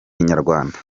nyarwanda